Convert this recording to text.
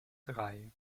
drei